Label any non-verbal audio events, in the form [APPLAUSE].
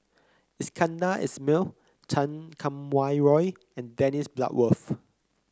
Iskandar Ismail Chan Kum Wah Roy and Dennis [NOISE] Bloodworth